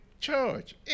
church